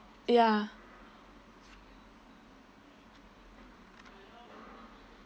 ya